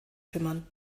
kümmern